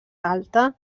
alta